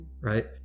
right